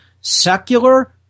secular